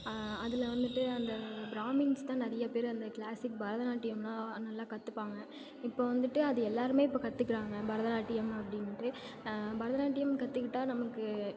அதில் வந்துவிட்டு அந்த பிராமின்ஸ் தான் நிறையா பேர் அந்த கிளாசிக் பரதநாட்டியம் எல்லாம் நல்லா கற்றுப்பாங்க இப்போ வந்துவிட்டு அது எல்லாருமே இப்போ கற்றுக்கிறாங்க பரதநாட்டியம் அப்படின்ட்டு பரதநாட்டியம் கற்றுக்கிட்டா நமக்கு